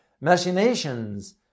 machinations